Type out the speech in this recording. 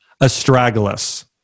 Astragalus